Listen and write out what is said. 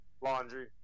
Laundry